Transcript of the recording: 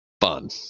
fun